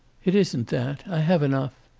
it isn't that. i have enough.